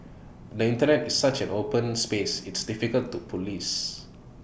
the Internet is such an open space it's difficult to Police